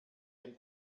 dem